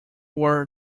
were